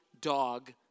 dog